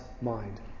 mind